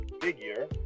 figure